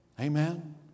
Amen